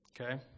Okay